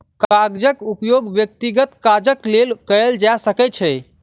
कागजक उपयोग व्यक्तिगत काजक लेल कयल जा सकै छै